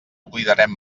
oblidarem